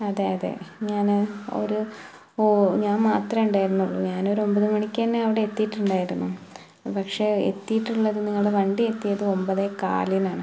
അതെ അതെ ഞാൻ ഒരു ഞാൻ മാത്രമേയുണ്ടായിരുന്നുള്ളു ഞാൻ ഒരു ഒൻപത് മണിക്കന്നെ അവിടെ എത്തിയിട്ടുണ്ടായിരുന്നു പക്ഷേ എത്തിയിട്ടുള്ളത് നിങ്ങടെ വണ്ടി എത്തിയത് ഒൻപതെ കാലിനാണ്